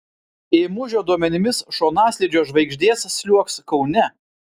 ėmužio duomenimis šonaslydžio žvaigždės sliuogs kaune